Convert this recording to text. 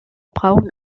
brauchen